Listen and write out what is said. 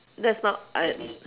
that's not I